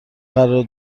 قراره